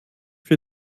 für